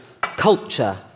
culture